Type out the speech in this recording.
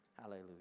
Hallelujah